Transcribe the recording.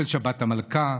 שבת המלכה,